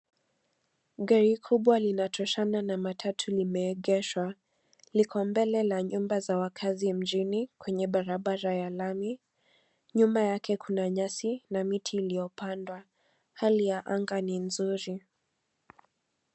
Gari kubwa linatoshana na matatu limeegeshwa. Liko mbele la nyumba za wakazi mjini kwenye barabara ya lami. Nyuma yake kuna nyasi na miti iliyopandwa. Hali ya anga ni nzuri.